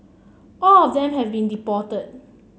all of them have been deported